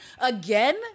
Again